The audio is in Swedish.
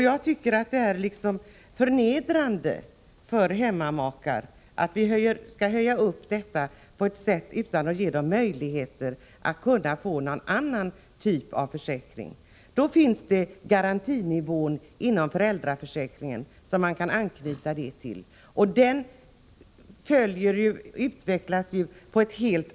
Jag tycker att det är förnedrande för hemmamakar att vi skall genomföra en höjning utan att ge dem möjligheter att genom någon annan typ av försäkring förbättra sin situation. Inom föräldraförsäkringen finns garantinivån, f.n. 48 kr., som man kan anknyta till, och den utvecklas efter hand.